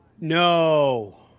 No